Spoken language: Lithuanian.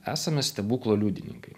esame stebuklo liudininkai